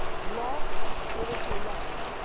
loss of spiritual life.